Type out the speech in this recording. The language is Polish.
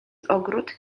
ogród